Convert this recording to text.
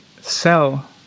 sell